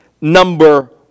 number